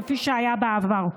כפי שהיה בעבר.